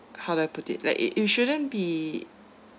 how do I put it like it it shouldn't be